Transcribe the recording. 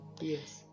Yes